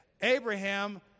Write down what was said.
Abraham